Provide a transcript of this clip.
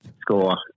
score